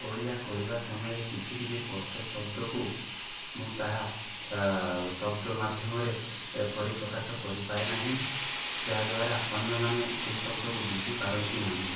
ଓଡ଼ିଆ କହିବା ସମୟରେ କିଛି କିଛି କଷ୍ଟ ଶବ୍ଦକୁ ମୁଁ ତାହା ଶବ୍ଦ ମାଧ୍ୟମରେ ପରିପ୍ରକାଶ କରି ପାରେ ନାହିଁ ଯାହାଦ୍ୱାରା ଅନ୍ୟମାନେ ଏହି ଶବ୍ଦକୁ ବୁଝି ପାରନ୍ତି ନାହିଁ